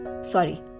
sorry